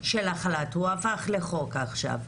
של החל"ת, הוא הפך לחוק עכשיו,